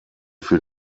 für